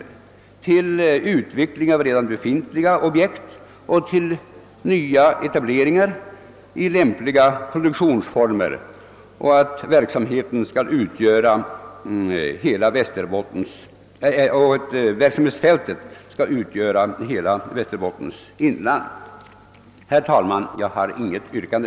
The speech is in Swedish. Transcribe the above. Den bör kunna föreslå utveckling av redan befintliga objekt och nya etableringar i lämpliga produktionsformer, och verksamhetsområdet bör utgöra hela Västerbottens inland. Herr talman! Jag har inget yrkande.